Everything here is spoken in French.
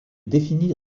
définit